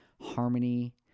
harmony